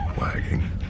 wagging